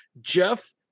Jeff